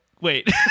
wait